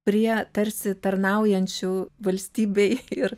prie tarsi tarnaujančių valstybei ir